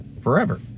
forever